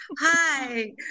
Hi